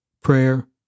Prayer